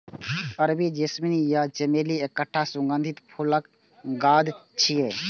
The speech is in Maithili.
अरबी जैस्मीन या चमेली एकटा सुगंधित फूलक गाछ छियै